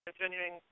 Continuing